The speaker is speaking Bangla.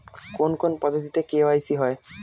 কোন কোন পদ্ধতিতে কে.ওয়াই.সি হয়?